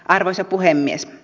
arvoisa puhemies